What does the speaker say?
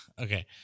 Okay